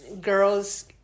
girls